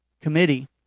committee